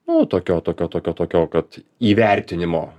nu tokio tokio tokio tokio kad įvertinimo